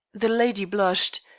the lady blushed,